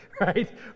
right